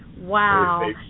Wow